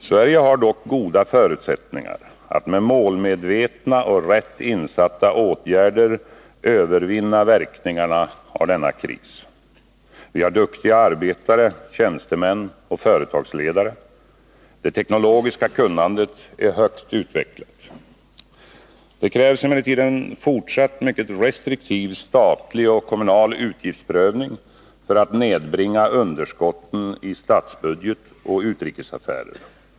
Sverige har dock goda förutsättningar att med målmedvetna och rätt insatta åtgärder övervinna verkningarna av denna kris. Vi har duktiga arbetare, tjänstemän och företagsledare. Det teknologiska kunnandet är högt utvecklat. Det krävs emellertid en fortsatt mycket restriktiv statlig och kommunal utgiftsprövning för att nedbringa underskotten i statsbudget och utrikesaffärer.